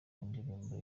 indirimbo